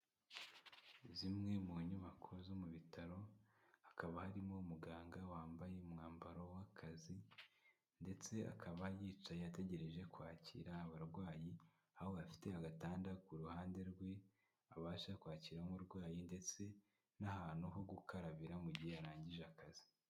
Zimwe mu nyubako zo mu bitaro, hakaba harimo umuganga wambaye umwambaro w'akazi ndetse akaba yicaye ategereje kwakira abarwayi, aho afite agatanda ku ruhande rwe abasha kwakiriraho umurwayi ndetse n'ahantu ho gukarabira mu gihe arangije akazi.